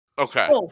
Okay